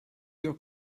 your